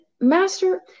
Master